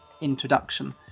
introduction